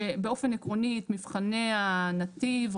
שבאופן עקרוני מבחני הנתיב,